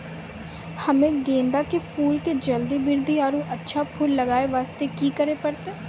हम्मे गेंदा के फूल के जल्दी बृद्धि आरु अच्छा फूल लगय वास्ते की करे परतै?